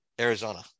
arizona